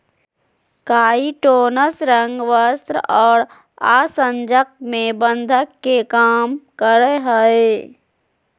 काइटोनस रंग, वस्त्र और आसंजक में बंधक के काम करय हइ